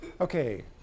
Okay